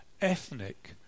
ethnic